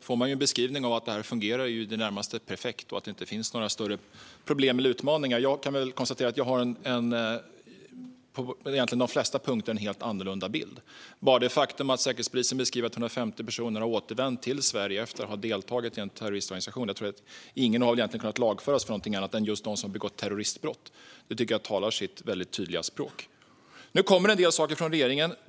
får man en beskrivning som låter som att det här i det närmaste fungerar perfekt och att det inte finns några större problem eller utmaningar. Jag konstaterar att jag på de flesta punkter har en helt annorlunda bild. Ta bara det faktum att Säkerhetspolisen uppger att 150 personer har återvänt till Sverige efter att ha deltagit i en terroristorganisation. Ingen mer än just de som har begått terroristbrott har väl egentligen kunnat lagföras för något. Det tycker jag talar sitt tydliga språk. Nu kommer det en del saker från regeringen.